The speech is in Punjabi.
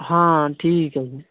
ਹਾਂ ਠੀਕ ਹੈ ਜੀ